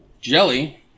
Jelly